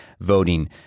voting